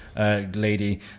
Lady